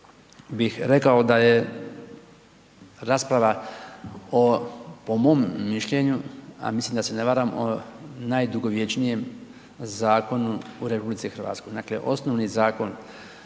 bih rekao da je rasprava po mom mišljenju a mislim da se ne varam o najdugovječnijem zakonu u RH. Dakle osnovni zakon